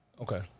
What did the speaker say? Okay